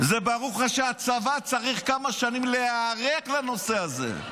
הצבא צריך כמה שנים להיערך לנושא הזה.